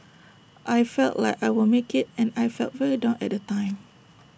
I felt like I won't make IT and I felt very down at the time